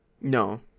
No